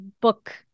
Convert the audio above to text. book